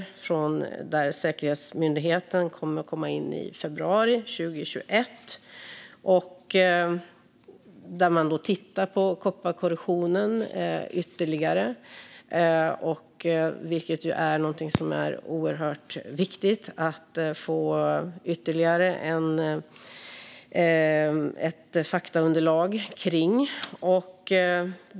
Där kommer Strålsäkerhetsmyndigheten att lämna en analys i februari 2021 där man tittar ytterligare på kopparkorrosionen. Det är någonting som är oerhört viktigt att få ytterligare ett faktaunderlag om.